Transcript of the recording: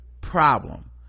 problem